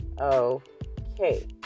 Okay